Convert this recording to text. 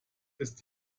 ist